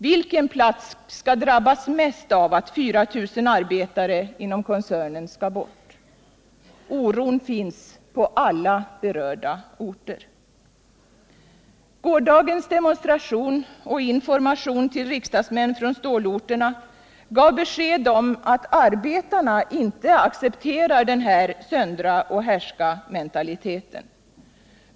Vilken plats skall drabbas mest av att 4 000 arbetare inom koncernen skall bort? Oron finns på alla berörda orter. Gårdagens demonstration och information till riksdagsmän från stålorterna gav besked om att arbetarna inte accepterar den här söndra-och-härskamentaliteten.